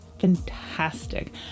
fantastic